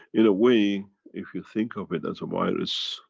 in a way if you think of it as a virus,